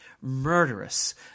murderous